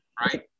right